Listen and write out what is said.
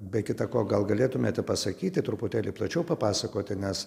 be kita ko gal galėtumėte pasakyti truputėlį plačiau papasakoti nes